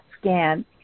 scan